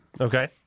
Okay